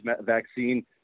vaccine